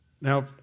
Now